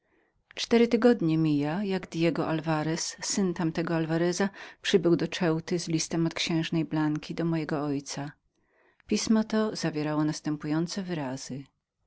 cztery tygodnie mija jak diego alwarez syn tamtego alwareza przybył do ceuty z listem od księżny blanki do mojego ojca pismo to zawierało następujące wyrazy